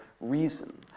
reason